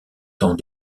temps